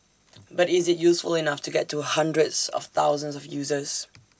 but is IT useful enough to get to hundreds of thousands of users